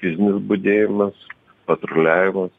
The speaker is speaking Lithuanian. fizinis budėjimas patruliavimas